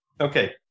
Okay